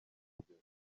ubu